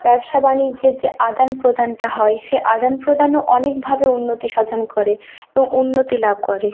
ব্যবসা বাণিজ্যের যে আদান প্রদানটা হয় সে আদান প্রদানও অনেকভাবে উন্নতি সাধন করে এবং উন্নতি লাভ করে